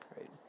Right